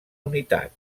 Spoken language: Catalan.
unitat